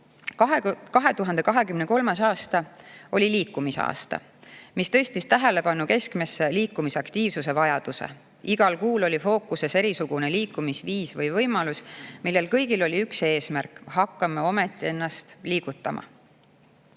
2023. aasta oli liikumisaasta, mis tõstis tähelepanu keskmesse liikumisaktiivsuse vajaduse. Igal kuul oli fookuses erisugune liikumisviis või ‑võimalus, millel kõigil oli üks eesmärk: hakkame ometi ennast liigutama. Kui